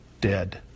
dead